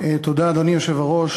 אדוני היושב-ראש,